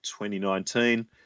2019